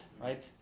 Right